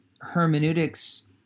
hermeneutics